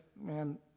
man